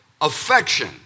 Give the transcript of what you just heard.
affection